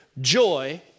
joy